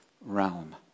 realm